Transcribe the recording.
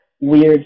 weird